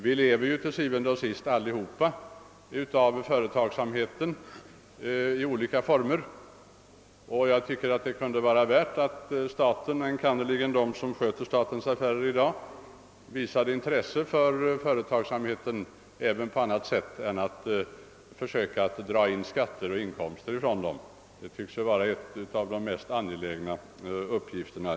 Vi lever ju til syvende og sidst allesammans av företagsamheten i dess olika former, och jag tycker därför att det kunde vara berättigat att staten och enkannerligen de som i dag sköter dess affärer visade intresse för företagsamheten även på annat sätt än genom att försöka få ut skatter och andra inkomster från den. Detta tycks i vissa sammanhang vara en av de mest angelägna uppgifterna.